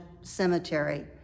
Cemetery